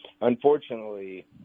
Unfortunately